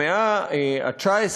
במאה ה-19,